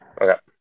Okay